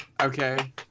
Okay